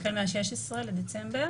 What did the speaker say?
החל מה-16 בדצמבר,